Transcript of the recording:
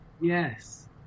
Yes